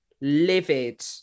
livid